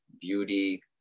beauty